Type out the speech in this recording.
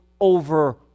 over